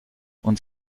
und